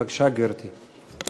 בבקשה, גברתי.